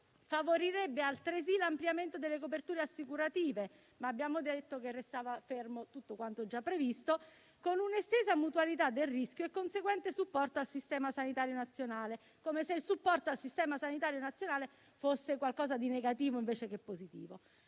favorirebbe altresì l'ampliamento delle coperture assicurative - ma abbiamo detto che restava fermo tutto a quanto già previsto - con un'estesa mutualità del rischio e conseguente supporto al sistema sanitario nazionale (come se il supporto al sistema sanitario nazionale fosse qualcosa di negativo, invece che positivo).